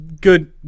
Good